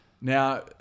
Now